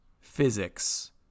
physics